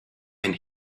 and